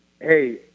hey